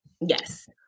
yes